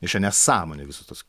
nes čia nesąmonė visos tos